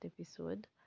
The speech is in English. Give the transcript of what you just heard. episode